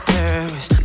Paris